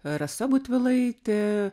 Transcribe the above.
rasa butvilaitė